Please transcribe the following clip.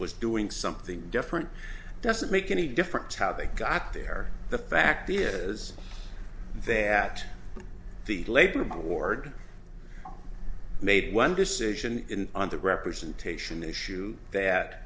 was doing something different doesn't make any difference how they got there the fact is that the labor i'm a ward made one decision in on the representation issue that